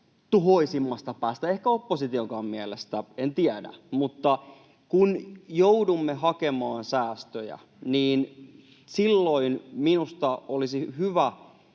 tuhoisimmasta päästä ehkä oppositionkaan mielestä. En tiedä. Mutta kun joudumme hakemaan säästöjä, silloin minusta olisi hyvä